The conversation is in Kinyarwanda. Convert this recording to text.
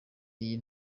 iyi